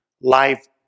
life